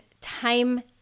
time